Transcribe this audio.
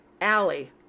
Alley